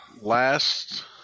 last